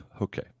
Okay